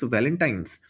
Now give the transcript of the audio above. Valentines